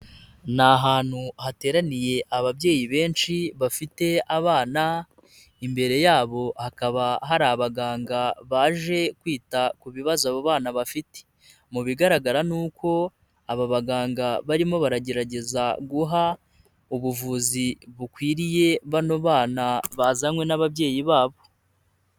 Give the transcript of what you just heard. Ni ahantu hateraniye ababyeyi benshi bafite abana, imbere yabo hakaba hari abaganga baje kwita ku bibazo abo bana bafite, mu bigaragara ni uko aba baganga barimo baragerageza guha ubuvuzi bukwiriye bano bana bazanywe n'ababyeyi babo.